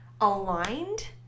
aligned